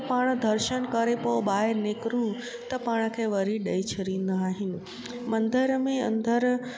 पाण दर्शन करे पोइ ॿाहिरि निकिरूं त पाण खे वरी ॾेई छॾींदा आहिनि मंदर में अंदरु